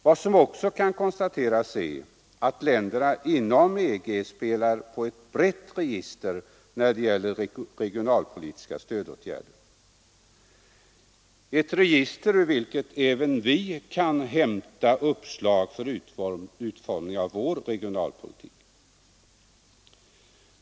Vad som också kan konstateras är att länderna inom EG spelar på ett brett register när det gäller regionalpolitiska åtgärder. Det är ett register ur vilket även vi kan hämta uppslag för utformning av vår regionalpolitik.